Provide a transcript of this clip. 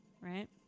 right